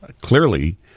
Clearly